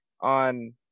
on